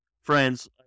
friends